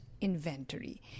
Inventory